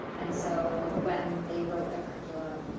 and so when they wrote the curriculum,